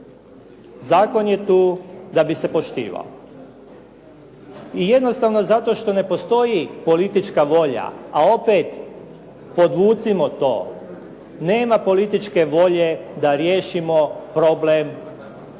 Zakon je tu da bi se poštivao. I jednostavno zato što ne postoji politička volja a opet podvucimo to nema političke volje da riješimo problem nasilja